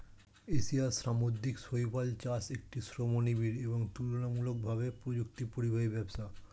এশিয়ার সামুদ্রিক শৈবাল চাষ একটি শ্রমনিবিড় এবং তুলনামূলকভাবে প্রযুক্তিপরিহারী ব্যবসা